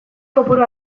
kopuru